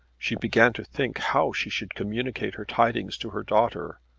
she began to think how she should communicate her tidings to her daughter,